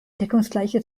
deckungsgleiche